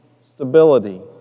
stability